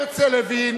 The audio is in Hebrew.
הרצל הבין